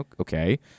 okay